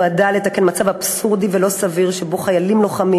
נועדה לתקן מצב אבסורדי ולא סביר שבו חיילים לוחמים,